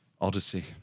odyssey